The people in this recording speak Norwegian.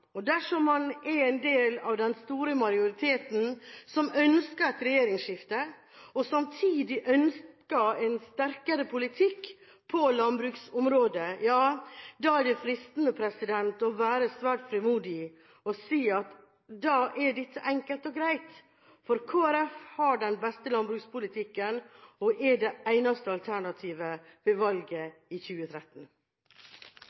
Dersom man er en del av den store majoriteten som ønsker et regjeringsskifte og samtidig ønsker en sterkere politikk på landbruksområdet, er det fristende å være svært frimodig og si at da er dette enkelt og greit: Kristelig Folkeparti har den beste landbrukspolitikken og er det eneste alternativet ved valget